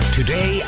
Today